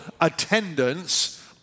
attendance